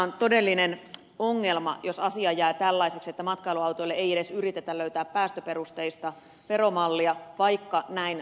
on todellinen ongelma jos asia jää tällaiseksi ettei matkailuautoille edes yritetä löytää päästöperusteista veromallia vaikka näin uskotellaankin